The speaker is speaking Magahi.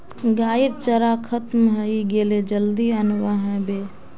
गाइर चारा खत्म हइ गेले जल्दी अनवा ह बे